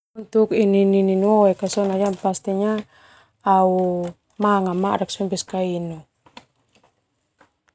Nininu oe sona au manga madak sona besa ka au inu ke.